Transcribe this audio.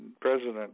President